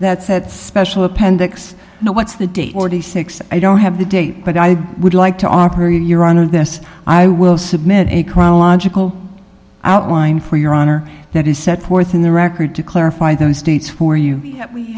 that special appendix no what's the date or the six i don't have the date but i would like to offer your honor this i will submit a chronological outline for your honor that is set forth in the record to clarify those dates for you we